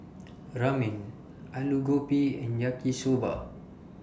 Ramen Alu Gobi and Yaki Soba